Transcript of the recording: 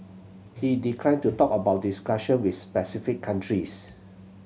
he declined to talk about discussion with specific countries